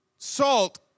Salt